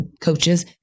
coaches